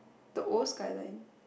the old skyline